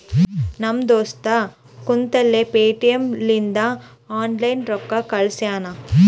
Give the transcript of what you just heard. ನಮ್ ದೋಸ್ತ ಕುಂತಲ್ಲೇ ಪೇಟಿಎಂ ಲಿಂತ ಆನ್ಲೈನ್ ರೊಕ್ಕಾ ಕಳ್ಶ್ಯಾನ